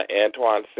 Antoine